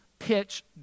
pitch